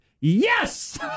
Yes